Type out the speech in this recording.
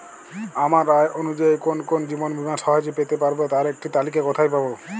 আমার আয় অনুযায়ী কোন কোন জীবন বীমা সহজে পেতে পারব তার একটি তালিকা কোথায় পাবো?